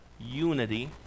unity